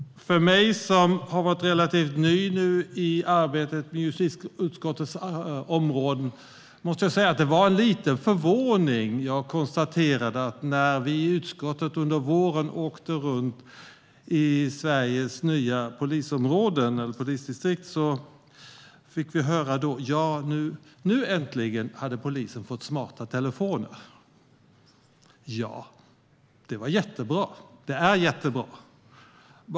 För mig som har varit relativt ny i arbetet på justitieutskottets områden var det med förvåning jag konstaterade när vi i utskottet under våren åkte runt i Sveriges nya polisdistrikt att nu äntligen hade polisen fått smarta telefoner. Ja, det är jättebra.